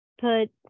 put